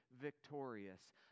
victorious